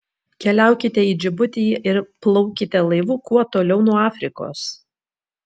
keliaukite į džibutį ir plaukite laivu kuo toliau nuo afrikos